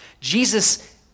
Jesus